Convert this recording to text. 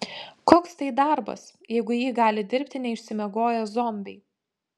koks tai darbas jeigu jį gali dirbti neišsimiegoję zombiai